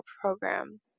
program